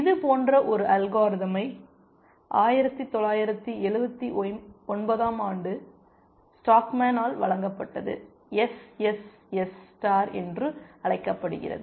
இதுபோன்ற ஒரு அல்காரிதம் 1979 ஆண்டு ஸ்டாக்மேன் ஆல் வழங்கப்பட்டது எஸ்எஸ்எஸ் ஸ்டார் என்று அழைக்கப்படுகிறது